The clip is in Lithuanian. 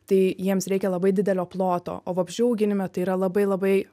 tai jiems reikia labai didelio ploto o vabzdžių auginime tai yra labai labai